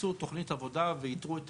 עשו תכנית עבודה ואיתרו את